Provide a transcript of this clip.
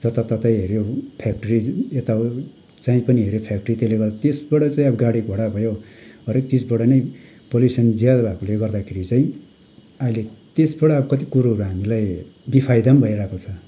जतातता हेऱ्यो फ्याक्ट्री यता जहीँ पनि हेऱ्यो फ्याक्ट्री त्यसले गर्दा त्यसबाट चाहिँ अब गाडी घोडा भयो हरेक चिसबाट नै पल्युसन ज्यादा भएकोले गर्दाखेरि चाहिँ अहिले त्यसबाट कति कुरोहरू हामीलाई बेफाइदा पनि भइरहेको छ